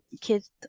kids